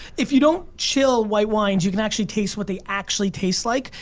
if you don't chill white wines, you can actually taste what they actually taste like.